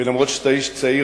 ואף-על-פי שאתה איש צעיר,